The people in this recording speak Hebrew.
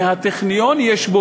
מספר הבוגרים הערבים מהטכניון גדול